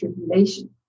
tribulation